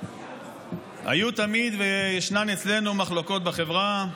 היו תמיד, וישנן אצלנו, מחלוקות בחברה.